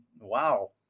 Wow